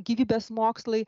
gyvybės mokslai